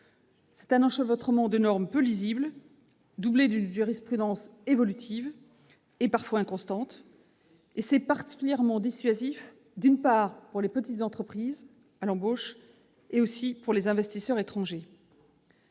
L'enchevêtrement de normes peu lisibles doublé d'une jurisprudence évolutive et parfois inconstante est particulièrement dissuasif, d'une part, à l'embauche pour les petites entreprises et, d'autre part, pour les investisseurs étrangers.